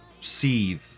seethe